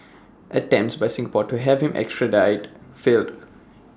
attempts by Singapore to have him extradited failed